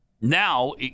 now